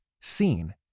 seen